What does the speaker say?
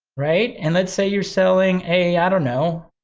right? and let's say you're selling a, i don't know,